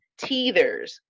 teethers